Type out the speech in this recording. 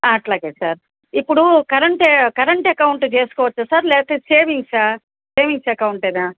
అట్లాగే సార్ ఇప్పుడు కరెంటే కరెంట్ ఎకౌంట్ చేసుకోవచ్చా సార్ లేతే సేవింగ్సా సేవింగ్స్ ఎకౌంటేనా